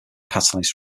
catalyzed